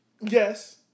Yes